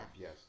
yes